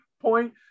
point